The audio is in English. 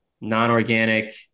non-organic